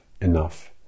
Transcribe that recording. enough